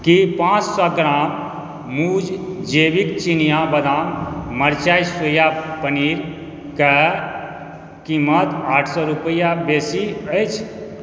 की पाँच सओ ग्राम मूज जैविक चिनिया बदाम मरचाइ सोया पनीरके कीमत आठ सओ रुपैआ बेसी अछि